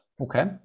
okay